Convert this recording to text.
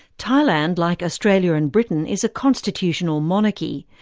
thailand, like australia and britain, is a constitutional monarchy.